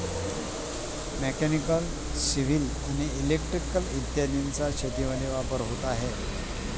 mechanical, civil आणि electrical इत्यादींचा शेतीमध्ये वापर होत आहे